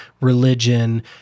religion